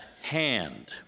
hand